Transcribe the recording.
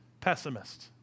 pessimist